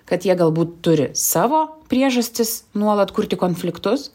kad jie galbūt turi savo priežastis nuolat kurti konfliktus